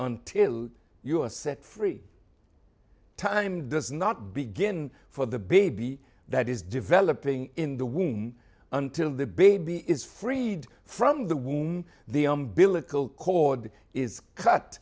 until you are set free time does not begin for the baby that is developing in the womb until the baby is freed from the womb the umbilical cord is cut